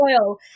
oil